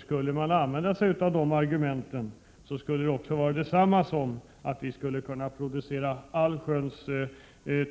Skulle man använda sådana argument skulle det innebära att vi kunde producera allsköns